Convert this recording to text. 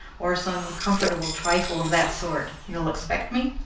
or some comfortable trifle of that sort. you'll expect me?